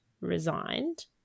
resigned